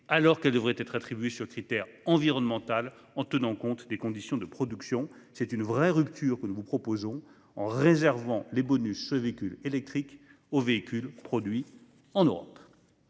alors qu'il devrait être attribué sur critère environnemental, en tenant compte des conditions de production. C'est une vraie rupture que nous vous proposons, en réservant ce bonus aux véhicules produits en Europe.